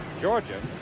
Georgia